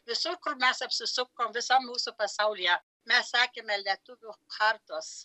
visur kur mes apsisukom visam mūsų pasaulyje mes sekėme lietuvių chartos